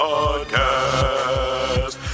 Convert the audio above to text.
Podcast